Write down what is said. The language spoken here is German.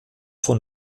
von